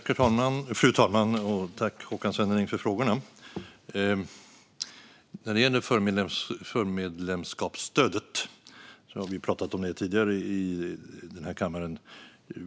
Fru talman! Tack, Håkan Svenneling, för frågorna! Förmedlemskapsstödet har vi pratat om tidigare i denna kammare.